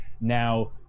Now